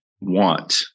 want